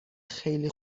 خیلی